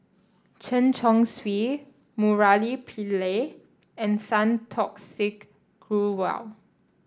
Chen Chong Swee Murali Pillai and Santokh Singh Grewal